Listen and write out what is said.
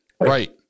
right